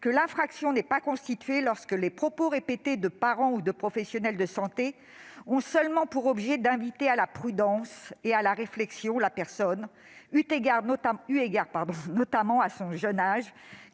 que l'infraction n'est pas constituée lorsque les propos répétés de parents ou de professionnels de santé « ont seulement pour objet d'inviter à la prudence et à la réflexion la personne, eu égard notamment à son jeune âge,